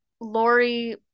Lori